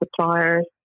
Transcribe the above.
suppliers